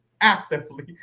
actively